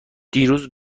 دیروز